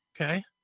okay